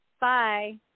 Bye